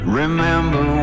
remember